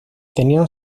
tenían